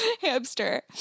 Hamster